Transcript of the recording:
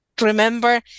remember